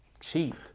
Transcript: Cheap